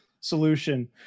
solution